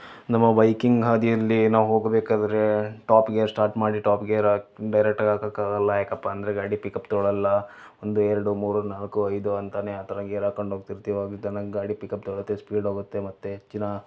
ನಮ್ಮ ಬೈಕಿಂಗ್ ಹಾದಿಯಲ್ಲಿ ನಾವು ಹೋಗಬೇಕಾದರೆ ಟಾಪ್ ಗೇರ್ ಸ್ಟಾರ್ಟ್ ಮಾಡಿ ಟಾಪ್ ಗೇರ್ ಹಾಕ್ ಡೈರೆಕ್ಟಾಗಿ ಹಾಕಕ್ಕೆ ಆಗಲ್ಲ ಯಾಕಪ್ಪ ಅಂದರೆ ಗಾಡಿ ಪಿಕಪ್ ತೊಗೊಳ್ಳಲ್ಲ ಒಂದು ಎರಡು ಮೂರು ನಾಲ್ಕು ಐದು ಅಂತಾನೇ ಆ ಥರ ಗೇರ್ ಹಾಕ್ಕೊಂಡು ಹೋಗ್ತಿರ್ತೀವಿ ಹಾಗೆ ತಾನಾಗಿ ಗಾಡಿ ಪಿಕಪ್ ತಗೊಳ್ಳುತ್ತೆ ಸ್ಪೀಡ್ ಹೋಗುತ್ತೆ ಮತ್ತು ಹೆಚ್ಚಿನ